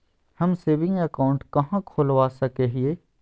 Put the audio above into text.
हम saving account कहाँ खोलवा सको हियै?